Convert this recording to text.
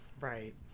Right